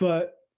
but